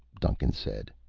duncan said.